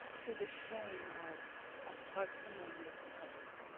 to the shame of a parsimonious public.